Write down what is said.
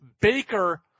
Baker